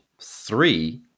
three